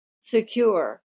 secure